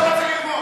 אני לא רוצה ללמוד.